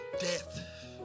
death